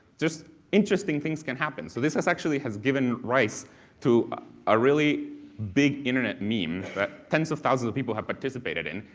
just interesting things can happen. so this actually has given rise to a really big internet meme that tens of thousands of people have participated in,